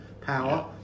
power